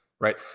right